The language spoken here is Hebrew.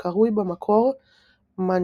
הקרוי, במקור "Manitou",